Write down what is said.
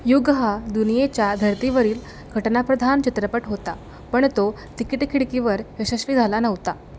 युग हा दुनियेच्या धर्तीवरील घटनाप्रधान चित्रपट होता पण तो तिकिटखिडकीवर यशस्वी झाला नव्हता